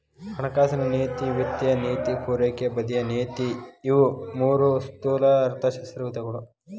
ಹಣಕಾಸಿನ ನೇತಿ ವಿತ್ತೇಯ ನೇತಿ ಪೂರೈಕೆ ಬದಿಯ ನೇತಿ ಇವು ಮೂರೂ ಸ್ಥೂಲ ಅರ್ಥಶಾಸ್ತ್ರದ ವಿಧಗಳು